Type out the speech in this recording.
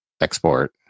export